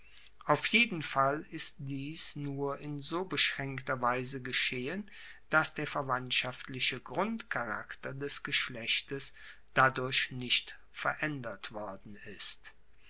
auf jeden fall ist dies nur in so beschraenkter weise geschehen dass der verwandtschaftliche grundcharakter des geschlechtes dadurch nicht veraendert worden ist